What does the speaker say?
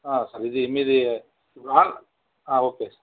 sir ఇది మీదీ రాస్ ఓకే సార్